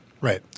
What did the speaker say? Right